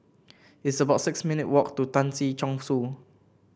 it's about six minute walk to Tan Si Chong Su